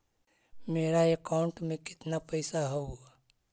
मेरा अकाउंटस में कितना पैसा हउ?